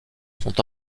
sont